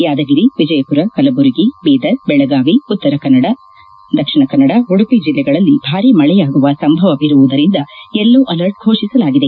ಯಾದಗಿರಿ ವಿಜಯಪುರ ಕಲಬುರಗಿ ಬೀದರ್ ಬೆಳಗಾವಿ ಉತ್ತರ ಕನ್ನಡ ದಕ್ಷಿಣ ಉಡುಪಿ ಜಿಲ್ಲೆಗಳಲ್ಲಿ ಭಾರೀ ಮಳೆಯಾಗುವೆ ಸಂಭವವಿರುವುದರಿಂದ ಯೆಲ್ಲೋ ಅಲರ್ಟ್ ಘೋಷಿಲಾಗಿದೆ